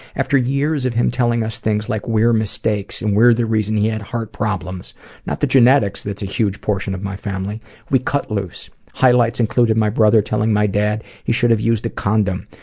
after years of him telling us things like we're mistakes and we're the reason he had heart problems not the genetics that's a huge portion of my family we cut loose. highlights included my brother telling my dad he should have used a condom,